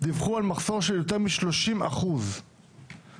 דיווחו על מחסור של יותר משלושים אחוז במידענים,